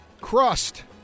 crust